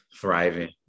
thriving